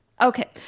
Okay